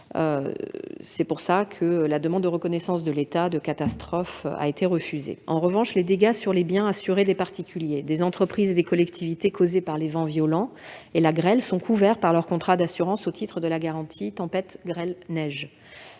raison pour laquelle la demande de reconnaissance de l'état de catastrophe naturelle de Saint-Nicolas-de-Bourgueil a été rejetée. En revanche, les dégâts sur les biens assurés des particuliers, des entreprises et des collectivités causés par des vents violents et par la grêle sont couverts par leur contrat d'assurance au titre de la garantie tempête, grêle, neige